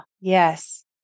yes